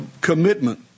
commitment